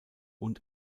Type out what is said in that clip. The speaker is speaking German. und